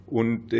und